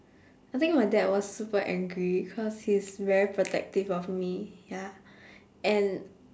I think my dad was super angry cause he's very protective of me ya and